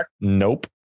Nope